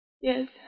Yes